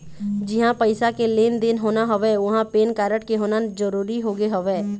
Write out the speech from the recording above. जिहाँ पइसा के लेन देन होना हवय उहाँ पेन कारड के होना जरुरी होगे हवय